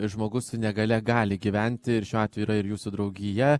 žmogus su negalia gali gyventi ir šiuo atveju yra ir jūsų draugija